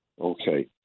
Okay